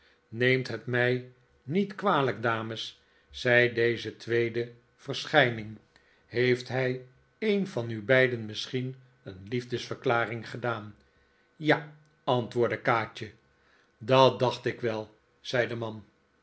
klomneemt het mij niet kwalijk dames zei deze tweede verschijning heeft hij een van u beiden misschien een liefdesverklaring gedaan ja antwoordde kaatje nikola as ontmoet een ouden bekende dat dacht ik wel zei de man